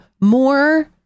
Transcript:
more